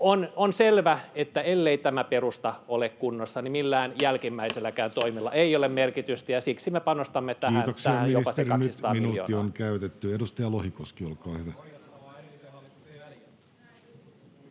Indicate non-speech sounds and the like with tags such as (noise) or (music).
On selvä, että ellei tämä perusta ole kunnossa, niin millään jälkimmäisilläkään toimilla (noise) ei ole merkitystä, ja siksi me panostamme tähän jopa sen 200 miljoonaa. Kiitoksia, ministeri, nyt minuutti on käytetty. — Edustaja Lohikoski, olkaa hyvä.